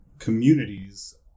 Communities